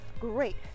great